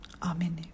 Amen